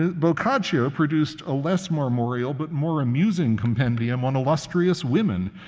boccaccio produced a less marmoreal but more amusing compendium on illustrious women,